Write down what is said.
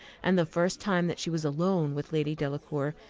and the first time that she was alone with lady delacour,